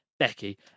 Becky